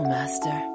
Master